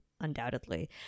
undoubtedly